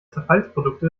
zerfallsprodukte